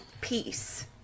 peace